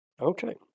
okay